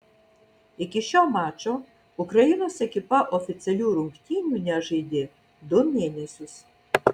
iki šio mačo ukrainos ekipa oficialių rungtynių nežaidė du mėnesius